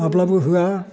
माब्लाबो होआ